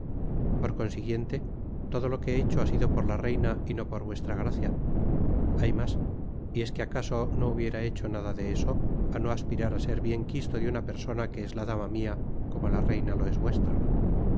por consiguiente todo lo que he hecho ha sido por la reina y no por vuestra gracia hay mas y es que acaso no hubiera hecho nada de eso k no aspirar á ser bien quisto de una persona que es la dama mia como la reina lo es vuestra